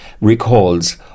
recalls